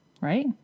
Right